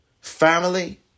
family